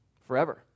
forever